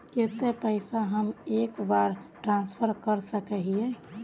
केते पैसा हम एक बार ट्रांसफर कर सके हीये?